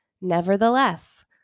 Nevertheless